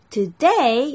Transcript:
Today